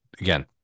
again